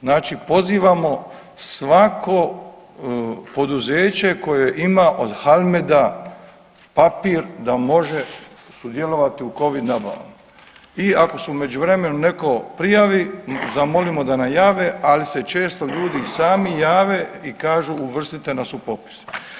Znači pozivamo svako poduzeće koje ima od HALMED-a papir da može sudjelovati u Covid nabavama i ako se u međuvremenu netko prijavi, zamolimo da nam jave, ali se često ljudi i sami jave i kažu uvrstite nas u popis.